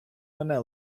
мене